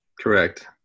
Correct